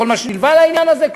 בכל מה שנלווה לעניין הזה?